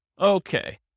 Okay